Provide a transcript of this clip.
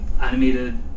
animated